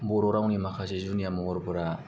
बर' रावनि माखासे जुनिया महरफोरा